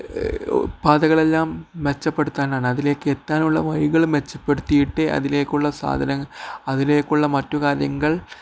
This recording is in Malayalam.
പാതകളെല്ലാം മെച്ചപ്പെടുത്താനാണ് അതിലേക്ക് എത്താനുള്ള വഴികൾ മെച്ചപ്പെടുത്തിയിട്ട് അതിലേക്കുള്ള സാധനം അതിലേക്കുള്ള മറ്റു കാര്യങ്ങൾ